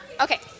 Okay